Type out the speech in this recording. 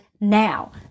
now